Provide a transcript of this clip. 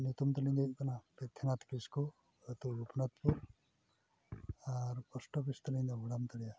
ᱧᱩᱛᱩᱢ ᱛᱟᱹᱞᱤᱧ ᱫᱚ ᱦᱩᱭᱩᱜ ᱠᱟᱱᱟ ᱯᱨᱤᱛᱷᱤᱱᱟᱛᱷ ᱠᱤᱥᱠᱩ ᱟᱹᱛᱩ ᱜᱳᱯᱤᱱᱟᱛᱷᱯᱩᱨ ᱟᱨ ᱯᱳᱥᱴᱟ ᱚᱯᱷᱤᱥ ᱛᱟᱹᱞᱤᱧ ᱫᱚ ᱵᱳᱲᱟᱢ ᱛᱳᱲᱤᱭᱟ